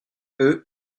eux